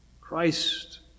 Christ